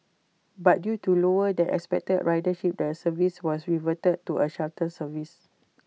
but due to lower than expected ridership the service was reverted to A shuttle service